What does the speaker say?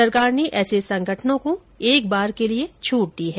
सरकार ने ऐसे संगठनों को एक बार के लिये छूट दी है